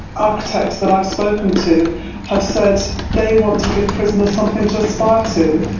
architects that i've spoken to have said they want to give prisoners something to aspire to.